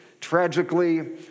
Tragically